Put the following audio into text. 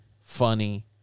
funny